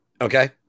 Okay